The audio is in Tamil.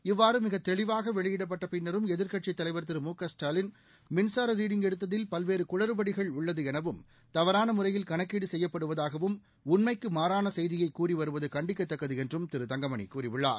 இவ்வாறு மிகத் தெளிவாக வெயியிடப்பட்ட பின்னரும் ஏதிர்க்கட்சித் தலைவர் திரு மு க ஸ்டாலின் மின்சார ரீடிங் எடுத்ததில் பல்வேறு குளறுபடிகள் உள்ளது எனவும் தவறான முறையில் கணக்கீடு செய்யப்படுவதாகவும் உண்மைக்கு மாறான செய்தியை கூறி வருவது கண்டிக்கத்தக்கது என்றும் திரு தங்கமணி கூறியுள்ளார்